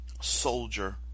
soldier